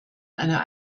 einer